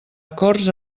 acords